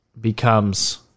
becomes